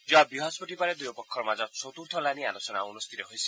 যোৱা বৃহস্পতিবাৰে দুয়ো পক্ষৰ মাজত চতুৰ্থলানি আলোচনা অনুষ্ঠিত হৈছিল